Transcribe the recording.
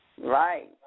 Right